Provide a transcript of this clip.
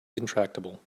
intractable